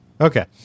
Okay